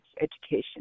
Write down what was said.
education